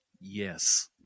Yes